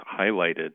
highlighted